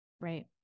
Right